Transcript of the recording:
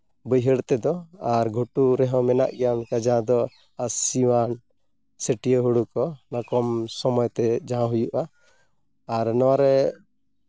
ᱵᱟᱹᱭᱦᱟᱹᱲ ᱛᱮᱫᱚ ᱟᱨ ᱜᱷᱩᱴᱩ ᱨᱮᱦᱚᱸ ᱢᱮᱱᱟᱜ ᱜᱮᱭᱟ ᱚᱱᱠᱟ ᱡᱟᱦᱟᱸ ᱫᱚ ᱟᱹᱥᱤᱣᱟᱱ ᱥᱤᱴᱭᱟᱹ ᱦᱩᱲᱩ ᱠᱚ ᱠᱚᱢ ᱥᱚᱢᱚᱭᱛᱮ ᱡᱟᱦᱟᱸ ᱦᱩᱭᱩᱜᱼᱟ ᱟᱨ ᱱᱚᱣᱟᱨᱮ